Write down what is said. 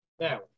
Now